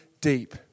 deep